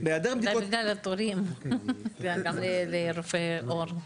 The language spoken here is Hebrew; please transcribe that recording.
היעדר תורים לרופא עור.